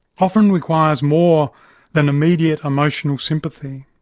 often requires more than immediate emotional sympathy.